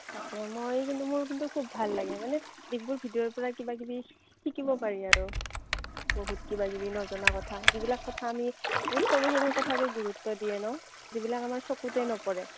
তাকে মই কিন্তু মোৰ কিন্তু খুব ভাল লাগে মানে ডিম্পুৰ ভিডিঅ'ৰ পৰা কিবা কিবি শিকিব পাৰি আৰু বহুত কিবা কিবি নজনা কথা যিবিলাক কথা আমি বহুত সৰু সৰু কথা যে গুৰুত্ব দিয়ে ন যিবিলাক আমাৰ চকুতে নপৰে